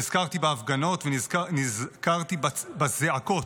נזכרתי בהפגנות ונזכרתי בזעקות: